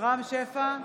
רם שפע,